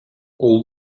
all